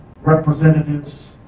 representatives